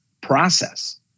process